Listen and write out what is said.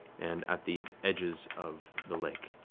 and at the edges of the lake.